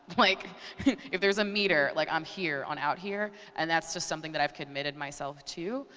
like if there's a meter, like i'm here on out here and that's just something that i've committed myself to.